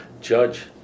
Judge